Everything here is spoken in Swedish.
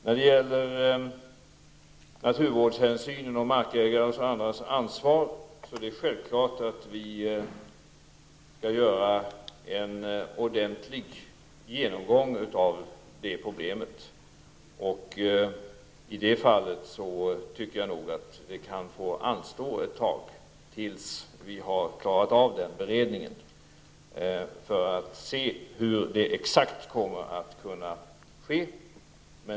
När det gäller naturvårdshänsyn och markägarnas ansvar är det självklart att vi skall göra en ordentlig genomgång av problemet. Jag tycker nog i det fallet att det kan få anstå tills vi klarat av beredningen, för att kunna se hur det exakt kan komma att ske.